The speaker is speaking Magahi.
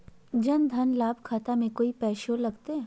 जन धन लाभ खाता में कोइ पैसों लगते?